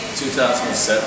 2007